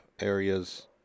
Areas